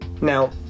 now